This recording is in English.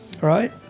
right